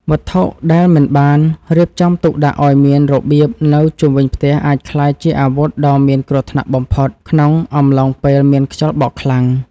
វត្ថុដែលមិនបានរៀបចំទុកដាក់ឱ្យមានរបៀបនៅជុំវិញផ្ទះអាចក្លាយជាអាវុធដ៏មានគ្រោះថ្នាក់បំផុតក្នុងអំឡុងពេលមានខ្យល់បក់ខ្លាំង។